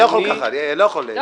אני לא יכול ככה.